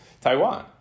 Taiwan